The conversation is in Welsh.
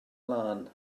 lân